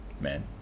man